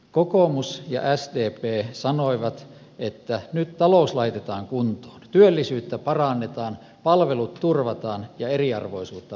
kokoomus ja sdp sanoivat että nyt talous laitetaan kuntoon työllisyyttä parannetaan palvelut turvataan ja eriarvoisuutta vähennetään